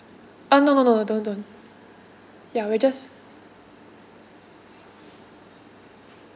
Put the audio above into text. uh no no no no don't don't ya we'll just